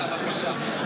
תודה, נאור.